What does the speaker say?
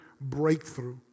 breakthrough